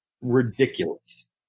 ridiculous